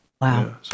Wow